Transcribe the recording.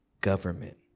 government